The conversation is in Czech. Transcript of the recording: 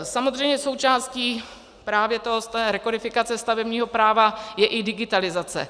Samozřejmě součástí právě té rekodifikace stavebního práva je i digitalizace.